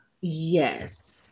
Yes